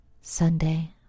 Sunday